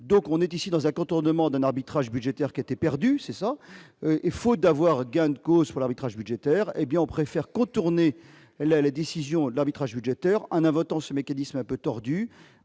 donc on est ici dans un contournement d'un arbitrage budgétaire qui était perdue, c'est ça, il faut d'avoir gain de cause sur l'arbitrage budgétaire, hé bien on préfère contourner la décision de l'arbitrage budgétaire Anna votants ce mécanisme un peu tordu,